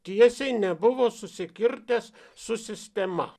tiesiai nebuvo susikirtęs su sistema